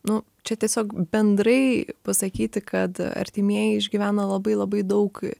nu čia tiesiog bendrai pasakyti kad artimieji išgyvena labai labai daug